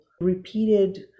repeated